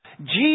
Jesus